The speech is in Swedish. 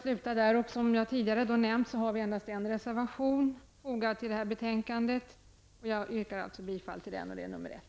Som jag tidigare har nämnt har vi endast en reservation fogad till detta betänkande. Jag yrkar alltså bifall till reservation nr 1.